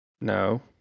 No